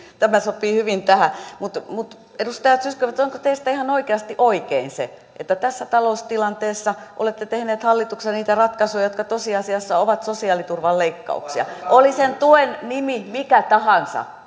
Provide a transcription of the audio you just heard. tämä sopii hyvin tähän mutta mutta edustaja zyskowicz onko teistä ihan oikeasti oikein se että tässä taloustilanteessa olette tehneet hallituksessa ratkaisuja jotka tosiasiassa ovat sosiaaliturvan leikkauksia oli sen tuen nimi mikä tahansa